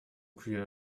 kühe